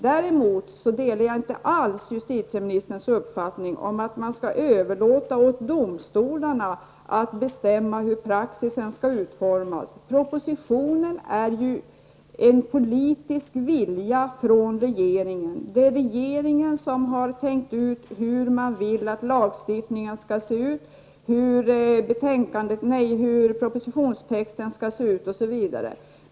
Däremot delar jag inte alls justitieministerns uppfattning om att man skall överlåta åt domstolarna att bestämma hur praxis skall utformas. En proposition är ju en politisk viljeyttring från regeringen. Det är regeringen som har tänkt ut hur man vill att lagstiftningen skall vara utformad, hur propositionstexten skall se ut osv.